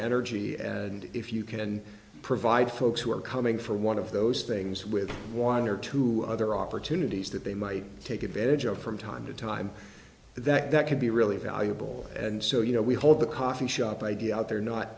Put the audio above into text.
energy and if you can provide folks who are coming for one of those things with one or two other opportunities that they might take advantage of from time to time that can be really valuable and so you know we hold the coffee shop idea out there not